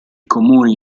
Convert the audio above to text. comuni